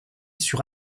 sur